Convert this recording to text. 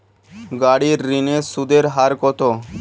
গাড়ির ঋণের সুদের হার কতো?